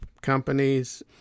companies